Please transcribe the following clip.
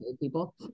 people